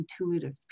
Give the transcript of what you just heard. intuitive